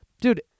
Dude